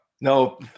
No